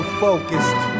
focused